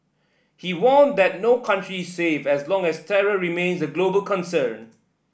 he warned that no country is safe as long as terror remains a global concern